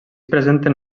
presenten